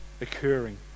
occurring